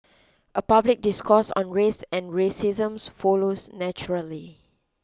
a public discourse on race and racism follows naturally